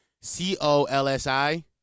C-O-L-S-I